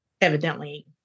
evidently